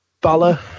bala